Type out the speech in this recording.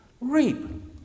reap